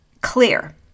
clear